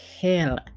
hell